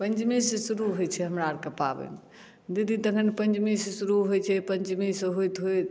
पंचमी सँ शुरू होइ छै हमरा आरके पाबनि दीदी तखन पंचमी सँ शुरू होइ छै पंचमी सँ होइत होइत